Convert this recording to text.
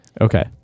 Okay